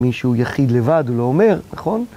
מישהו יחיד לבד הוא לא אומר, נכון?